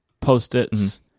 post-its